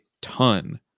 ton